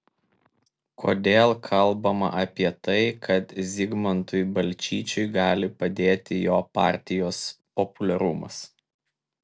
kodėl kalbama apie tai kad zigmantui balčyčiui gali padėti jo partijos populiarumas